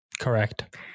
Correct